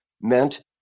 meant